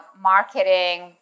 marketing